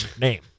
name